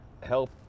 help